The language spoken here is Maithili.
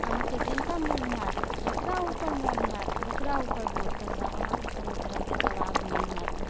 अहाँके जिनका मोन हैत जेकरा उपर मोन हैत ओकरा उपर वोट खसाउ अहाँके कोनो तरहके दबाव नहि हैत